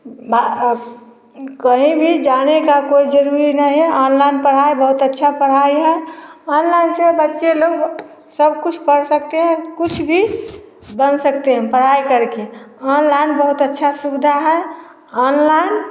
बा कहीं भी जाने का कोई जरूरी नहीं है ऑनलाइन पढ़ाई बहुत अच्छा पढ़ाई है अनलाइन से बच्चे लोग सब कुछ पढ़ सकते है कुछ भी बन सकते हैं पढ़ाई कर के अनलाइन बहुत अच्छा सुविधा हैं ऑनलाइन